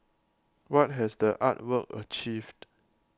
what has the art work achieved